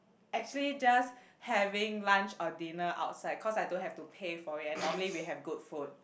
actually just having lunch or dinner outside cause I don't have to pay for it and normally we have good food